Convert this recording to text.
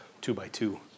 two-by-two